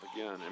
again